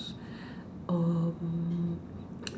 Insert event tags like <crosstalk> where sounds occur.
mm <noise>